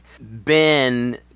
ben